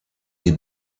des